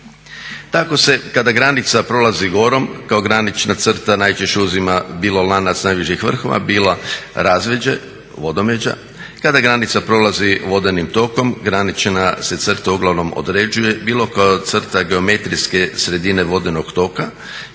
Tako se kada granica prolazi gorom kao granična crta najčešće uzima bilo lanac najviših vrhova, bilo razvođe, vodomeđa, kada granica prolazi vodenim tekom granična se crta uglavnom određuje bilo kao crta geometrijske sredine vodenog toga,